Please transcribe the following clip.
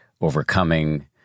overcoming